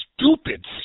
stupid